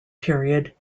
period